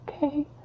Okay